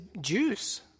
juice